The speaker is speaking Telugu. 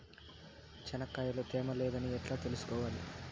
చెనక్కాయ లో తేమ లేదని ఎట్లా తెలుసుకోవాలి?